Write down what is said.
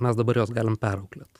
mes dabar juos galim perauklėt